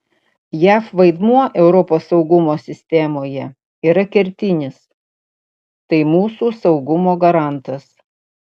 jav vaidmuo europos saugumo sistemoje yra kertinis tai mūsų saugumo garantas